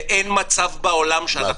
ואין מצב בעולם שאנחנו נרים ידיים.